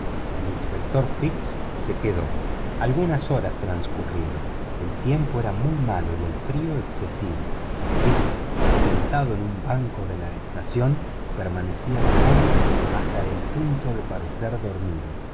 el inspector fix se quedó algunas horas transcurrieron el tiempo era muy malo y el frío excesivo fix sentado en un banco de la estación permanecía inmóvil hasta el punto de parecer dormido